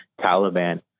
Taliban